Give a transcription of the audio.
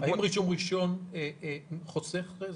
האם רישום ראשון חוסך זמן?